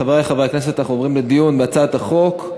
חברי חברי הכנסת, אנחנו עוברים לדיון בהצעת החוק.